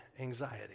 anxiety